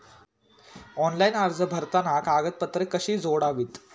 Online अर्ज भरताना कागदपत्रे कशी जोडावीत?